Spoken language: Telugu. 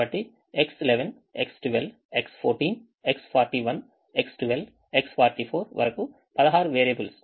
కాబట్టి X11 X12 X14 X41 X12 X44 వరకు 16 వేరియబుల్స్